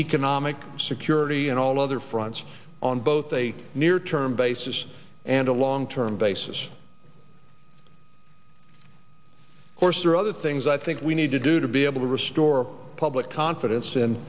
economic security and all other fronts on both a near term basis and a long term basis course are other things i think we need to do to be able to restore public confidence